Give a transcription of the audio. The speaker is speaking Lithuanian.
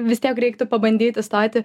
vis tiek reiktų pabandyt įstoti